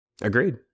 Agreed